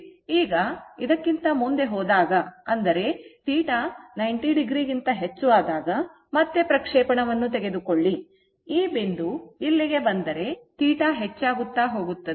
ಈಗ ಇದಕ್ಕಿಂತ ಮುಂದೆ ಹೋದಾಗ ಅಂದರೆ θ 90o ಕ್ಕಿಂತ ಹೆಚ್ಚು ಆದಾಗ ಮತ್ತೆ ಪ್ರಕ್ಷೇಪಣವನ್ನು ತೆಗೆದುಕೊಳ್ಳಿ ಈ ಬಿಂದು ಇಲ್ಲಿಗೆ ಬಂದರೆ θ ಹೆಚ್ಚಾಗುತ್ತಾ ಹೋಗುತ್ತದೆ